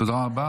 תודה רבה.